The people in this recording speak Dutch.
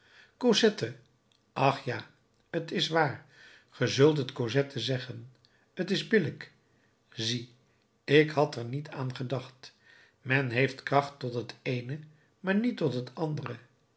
cosette ach ja t is waar ge zult het cosette zeggen t is billijk zie ik had er niet aan gedacht men heeft kracht tot het eene maar niet tot het andere